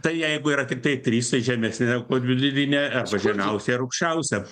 tai jeigu yra tiktai trys tai žemesnė negu kad vidurinė arba žemiausia ir aukščiausia